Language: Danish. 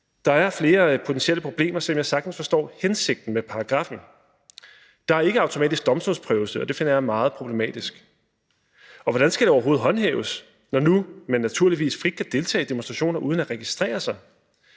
Der er flere potentielle problemer, selv om jeg sagtens forstår hensigten med paragraffen. Der er ikke automatisk domstolsprøvelse, og det finder jeg meget problematisk. Og hvordan skal det overhovedet håndhæves, når nu man naturligvis frit kan deltage i demonstrationer uden at registrere sig?